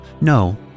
No